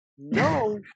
no